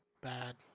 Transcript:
bad